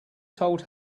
told